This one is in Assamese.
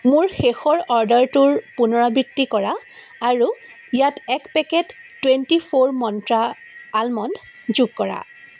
মোৰ শেষৰ অৰ্ডাৰটোৰ পুনৰাবৃত্তি কৰা আৰু ইয়াত এক packet twenty four Mantra almond যোগ কৰা